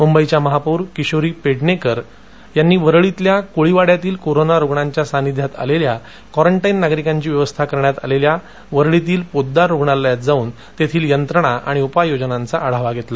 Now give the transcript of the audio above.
मुंबईच्या महापौर किशोरी पेडणेकर यांनी वरळी कोळीवाङ्यातील कोरोना रुग्णांच्या सानिध्यात आलेल्या कॉरन्टाईन नागरिकांची व्यवस्था करण्यात आलेल्या वरळीतील पोद्दार रुग्णालयात जाऊन तेथील यंत्रणा आणि उपाययोजनांचा आढावा घेतला